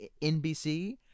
nbc